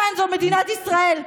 כאן זו מדינת ישראל,